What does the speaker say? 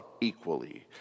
equally